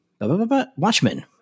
watchmen